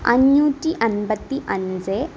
അഞ്ഞൂറ്റി അൻപ്പത്തി അഞ്ച്